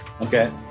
Okay